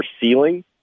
ceiling